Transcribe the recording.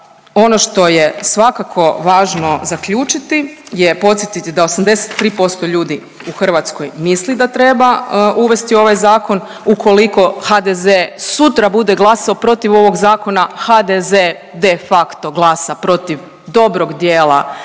Ono što je svakako važno zaključiti je podsjetiti da 83% ljudi u Hrvatskoj misli da treba uvesti ovaj zakon. Ukoliko HDZ sutra bude glasao protiv ovog zakona, HDZ de facto glasa protiv dobrog dijela društvene